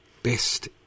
Best